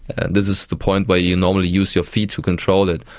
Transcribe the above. and this is the point where you normally use your feet to control it,